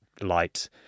light